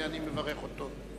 אני מברך אותו.